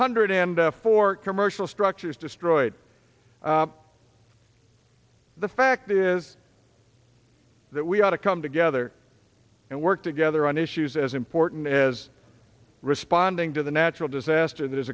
hundred for commercial structures destroyed the fact is that we ought to come together and work together on issues as important as responding to the natural disaster that is